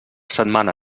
setmana